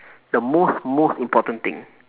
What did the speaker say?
the most most important thing